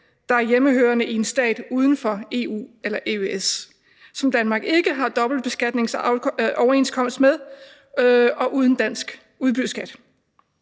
der er hjemmehørende i en stat uden for EU eller EØS, som Danmark ikke har dobbeltbeskatningsoverenskomst med, og uden dansk udbytteskat.